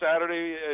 saturday